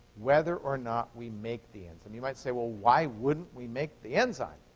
whether or not we make the enzyme. you might say, well, why wouldn't we make the enzyme?